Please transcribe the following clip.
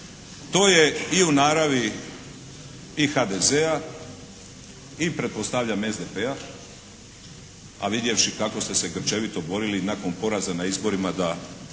To je i u naravi i HDZ-a i pretpostavljam SDP-a, a vidjevši kako ste se grčevito borili nakon poraza na izborima da